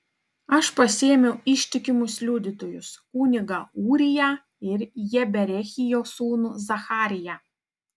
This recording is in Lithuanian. aš pasiėmiau ištikimus liudytojus kunigą ūriją ir jeberechijo sūnų zachariją